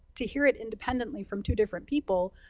to hear it independently from two different people,